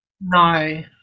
No